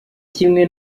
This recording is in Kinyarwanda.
kimwe